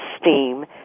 STEAM